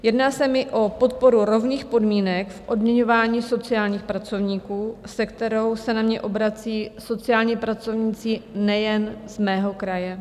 Jedná se mi o podporu rovných podmínek v odměňování sociálních pracovníků, se kterou se na mě obracejí sociální pracovníci nejen z mého kraje.